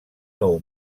nou